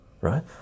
right